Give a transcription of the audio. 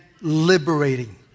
liberating